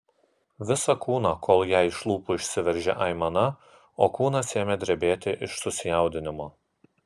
visą kūną kol jai iš lūpų išsiveržė aimana o kūnas ėmė drebėti iš susijaudinimo